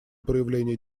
проявление